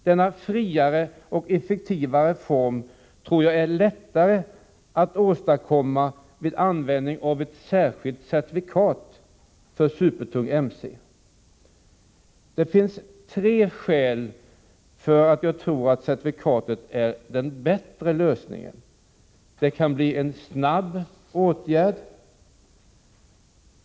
Denna friare och effektivare form är det nog lättare att åstadkomma vid användningen av ett särskilt certifikat för supertung mc. Det finns tre skäl för att jag tror att certifikatet är den bättre lösningen. 1. Det kan bli en snabb åtgärd. 2.